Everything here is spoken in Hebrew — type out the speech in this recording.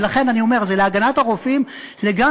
ולכן אני אומר: זה להגנת הרופאים לגמרי,